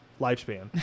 lifespan